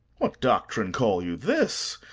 what doctrine call you this,